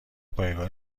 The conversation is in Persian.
پایگاه